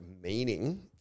meaning